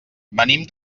venim